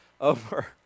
over